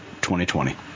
2020